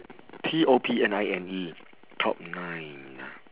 T O P N I N E top nine